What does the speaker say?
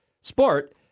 sport